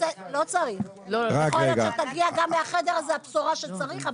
יכול להיות שתגיע מהחדר הזה הבשורה שצריך,